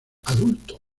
adulto